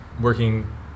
working